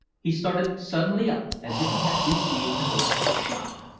he started suddenly up as if he had received an electric shock,